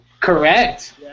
Correct